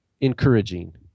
encouraging